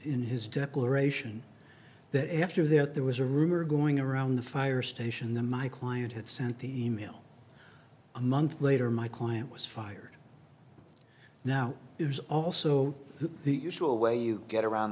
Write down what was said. in his declaration that after that there was a rumor going around the fire station the my client had sent the e mail a month later my client was fired now there's also the usual way you get around